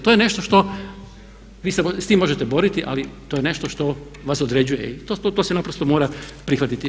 To je nešto što vi se s tim možete boriti, ali to je nešto što vas određuje i to se naprosto mora prihvatiti.